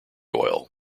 oil